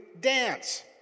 dance